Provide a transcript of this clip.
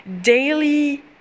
daily